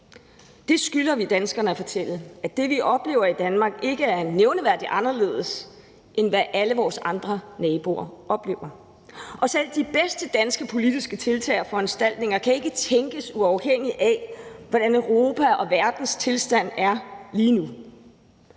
Der skylder vi at fortælle danskerne, at det, vi oplever i Danmark, ikke er nævneværdigt anderledes, end hvad alle vores naboer oplever. Selv de bedste danske politiske tiltag og foranstaltninger kan ikke tænkes, uafhængigt af hvordan Europa og verdens tilstand er lige nu.